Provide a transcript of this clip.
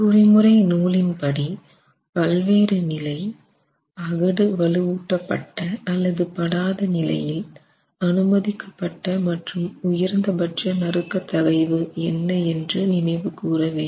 குறிமுறை நூலின் படி பல்வேறு நிலைஅகடு வலுவூட்டப்பட்ட அல்லது படாத நிலையில் அனுமதிக்கப்பட்ட மற்றும் உயர்ந்தபட்ச நறுக்க தகைவு என்ன என்று நினைவு கூற வேண்டும்